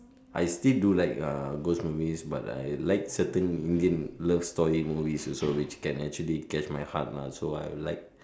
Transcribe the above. I still do like uh ghost movies but I like certain Indian love story movies also which can actually catch my heart lah so I like